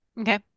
Okay